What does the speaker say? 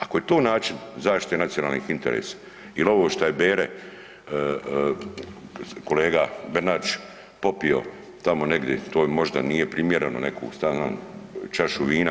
Ako je to način zaštite nacionalnih interesa ili ovo što je Bere, kolega Bernardić popio tamo negdje, to možda nije primjereno neku šta ja znam čašu vina.